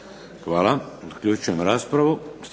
Hvala. Zaključujem raspravu.